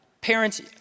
Parents